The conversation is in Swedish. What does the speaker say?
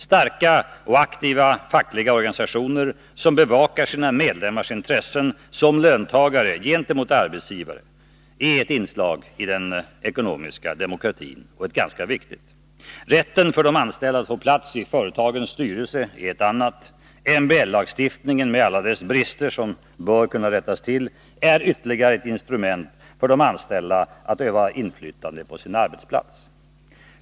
Starka och aktiva fackliga organisationer som bevakar sina medlemmars intressen som löntagare gentemot arbetsgivarna är ett inslag — ett ganska viktigt sådant — i den ekonomiska demokratin. Rätten för de anställda att få plats i företagens styrelser är ett annat inslag. MBL-lagstiftningen med alla dess brister som bör kunna rättas till är ytterligare ett instrument för de anställda att öva inflytande på sin arbetsplats.